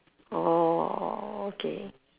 orh okay